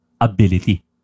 ability